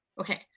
Okay